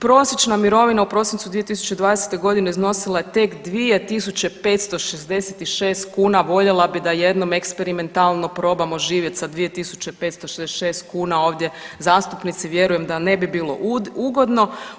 Prosječna mirovina u prosincu 2020.g. iznosila je tek 2.566 kuna, voljela bih da jednom eksperimentalno probamo živjet sa 2.566 kuna ovdje zastupnici, vjerujem da ne bi bilo ugodno.